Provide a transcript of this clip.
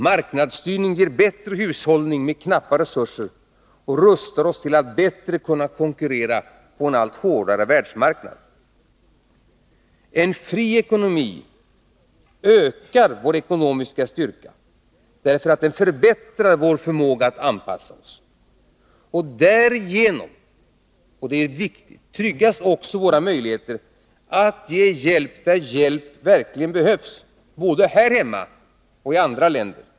Marknadsstyrning ger bättre hushållning med knappa resurser och rustar oss till att bättre kunna konkurrera på en allt hårdare världsmarknad. En fri ekonomi ökar vår ekonomiska styrka, därför att den förbättrar vår anpassningsförmåga. Därigenom — och det är viktigt — tryggas också våra möjligheter att ge hjälp där hjälp verkligen behövs, både här hemma och i andra länder.